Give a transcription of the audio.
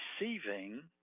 receiving